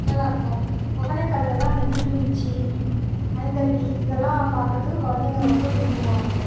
நல்லாயிருக்கும் ஒகேனக்கல்லேலாம் இந்த நீர்வீழ்ச்சி ஐந்தருவி இதெல்லாம் பார்க்குறதுக்கு குழந்தைங்க ரொம்ப விரும்புவாங்க